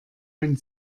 wenn